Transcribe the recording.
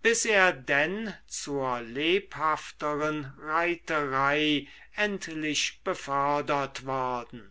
bis er denn zur lebhafteren reiterei endlich befördert worden